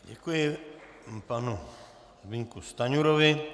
Děkuji panu Zbyňku Stanjurovi.